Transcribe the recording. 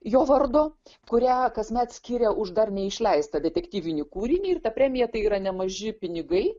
jo vardo kurią kasmet skiria už dar neišleistą detektyvinį kūrinį ir ta premija tai yra nemaži pinigai